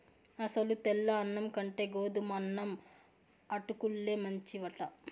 అసలు తెల్ల అన్నం కంటే గోధుమన్నం అటుకుల్లే మంచివట